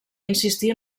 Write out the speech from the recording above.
insistir